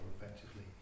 effectively